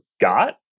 got